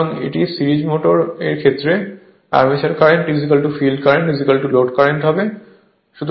সুতরাং এটি series motor এর ক্ষেত্রে armature current field current load কারেন্টের হবে